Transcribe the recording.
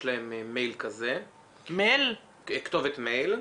יש להם כתובת מייל.